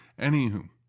Anywho